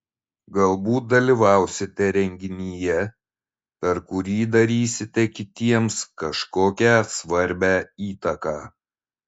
galbūt dalyvausite renginyje per kurį darysite kitiems kažkokią svarbią įtaką